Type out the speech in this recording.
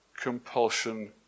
compulsion